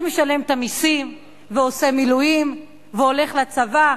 שמשלם את המסים ועושה מילואים והולך לצבא?